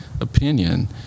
opinion